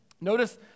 Notice